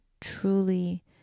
truly